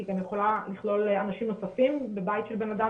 כי היא גם יכולה לכלול אנשים נוספים בבית של בן אדם,